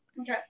Okay